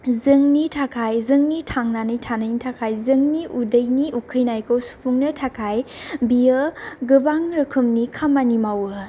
जोंनि थाखाय जोंनि थांनानै थानायनि थाखाय जोंनि उदैनि उखैनायखौ सुफुंनो थाखाय बियो गोबां रोखोमनि खामानि मावो